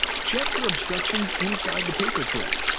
check for obstructions inside the paper tray.